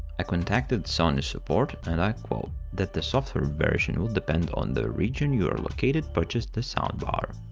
i contacted sony support and i quote that the software version will depend on the region you are located purchase the soundbar.